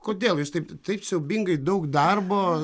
kodėl jūs taip taip siaubingai daug darbo